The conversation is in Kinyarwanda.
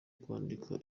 kwandika